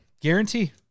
Guarantee